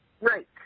Right